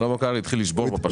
שלמה קרעי התחיל לשבור פה.